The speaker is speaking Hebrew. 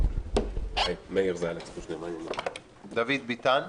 דוד ביטן,